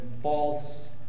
false